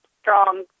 strong